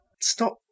stop